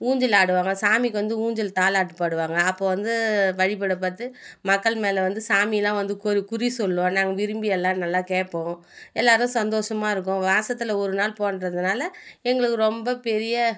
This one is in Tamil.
ஊஞ்சல் ஆடுவாங்க சாமிக்கு வந்து ஊஞ்சல் தாலாட்டு பாடுவாங்க அப்போது வந்து வழிபாடை பார்த்து மக்கள் மேல் வந்து சாமியெல்லாம் வந்து குறி குறி சொல்லும் நாங்கள் விரும்பி எல்லாேரும் நல்லா கேட்போம் எல்லாேரும் சந்தோஷமா இருக்கோம் மாசத்துல ஒரு நாள் பண்ணுறதுனால எங்களுக்கு ரொம்ப பெரிய